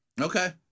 Okay